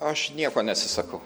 aš nieko neatsisakau